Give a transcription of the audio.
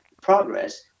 progress